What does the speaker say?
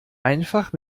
einfach